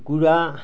কুকুৰা